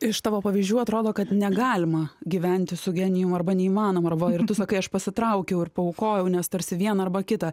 iš tavo pavyzdžių atrodo kad negalima gyventi su genijum arba neįmanoma o ir tu sakai aš pasitraukiau ir paaukojau nes tarsi viena arba kita